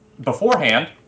beforehand